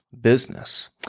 business